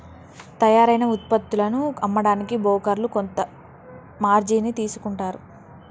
తయ్యారైన వుత్పత్తులను అమ్మడానికి బోకర్లు కొంత మార్జిన్ ని తీసుకుంటారు